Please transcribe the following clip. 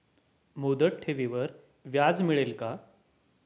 मुदत ठेवीवर व्याज मिळेल का?